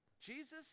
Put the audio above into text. Jesus